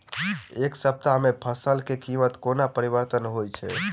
एक सप्ताह मे फसल केँ कीमत कोना परिवर्तन होइ छै?